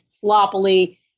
sloppily